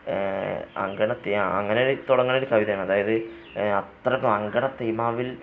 അങ്കണത്തൈ അങ്ങനെയൊരു തുടങ്ങുന്നൊരു കവിതയാണ് അതായത് അത്രയ്ക്ക് അങ്കണത്തൈമാവില്